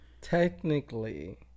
technically